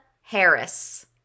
Harris